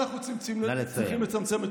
אנחנו צריכים לצמצם את,